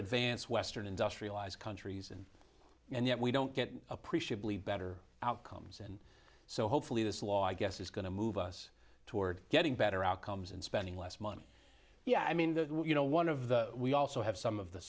advanced western industrialized countries and yet we don't get appreciably better outcomes so hopefully this law i guess is going to move us toward getting better outcomes and spending less money yeah i mean the you know one of the we also have some of the